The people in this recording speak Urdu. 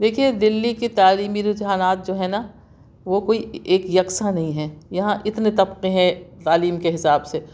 دیکھئے دلّی کی تعلیمی رجحانات جو ہیں نا وہ کوئی ایک یکساں نہیں ہیں یہاں اتنے طبقے ہیں تعلیم کے حساب سے